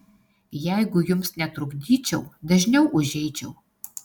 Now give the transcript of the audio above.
jeigu jums netrukdyčiau dažniau užeičiau